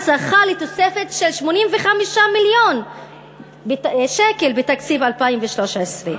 זכה לתוספת של 85 מיליון שקל בתקציב 2013?